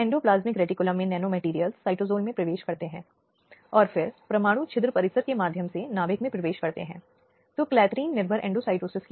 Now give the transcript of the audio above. इसलिए इसलिए भारतीय दंड संहिता की धारा 228A धारा 327 CRPC जो बंद कमरे में कार्यवाही और 228A प्रदान करती है जो पीड़ित की पहचान का खुलासा करने से रोकती है